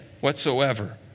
whatsoever